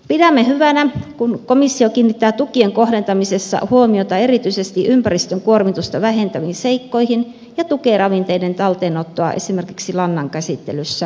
pidämme hyvänä että komissio kiinnittää tukien kohdentamisessa huomiota erityisesti ympäristön kuormitusta vähentäviin seikkoihin ja tukee ravinteiden talteenottoa esimerkiksi lannan käsittelyssä